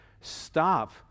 stop